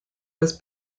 was